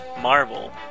Marvel